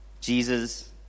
Jesus